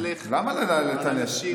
רק ללכלך ולטנף על אנשים?